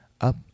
Up